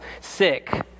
sick